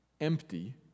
empty